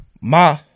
ma